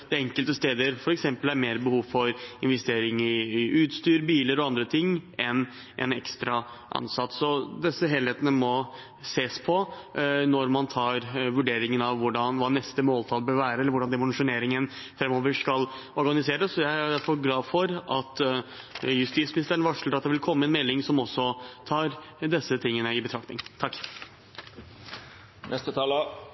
enkelte steder f.eks. er mer behov for investeringer i utstyr, biler og andre ting enn ekstra ansatte. Så denne helheten må ses på når man gjør en vurdering av hva neste måltall bør være, eller hvordan dimensjoneringen framover skal organiseres. Jeg er derfor glad for at justisministeren varsler at det vil komme en melding som også tar disse tingene i betraktning.